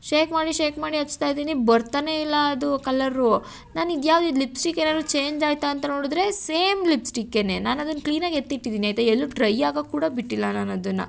shake ಮಾಡಿ shake ಮಾಡಿ ಹಚ್ತ ಇದ್ದೀನಿ ಬರ್ತಾನೆ ಇಲ್ಲ ಅದು ಕಲ್ಲರು ನನಗ್ ಯಾವ್ದಿದು ಲಿಪ್ಸ್ಟಿಕ್ ಏನಾದ್ರು ಚೇಂಜ್ ಆಯಿತಾ ಅಂತ ನೋಡಿದ್ರೆ ಸೇಮ್ ಲಿಪ್ಸ್ಟಿಕ್ಕೇ ನಾನು ಅದನ್ನು ಕ್ಲೀನಾಗಿ ಎತ್ತಿಟ್ಟಿದ್ದೀನಿ ಆಯಿತಾ ಎಲ್ಲೂ ಡ್ರೈ ಆಗೋಕೆ ಕೂಡ ಬಿಟ್ಟಿಲ್ಲ ನಾನು ಅದನ್ನು